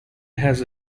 has